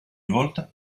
volta